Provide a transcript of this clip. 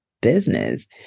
business